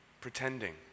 pretending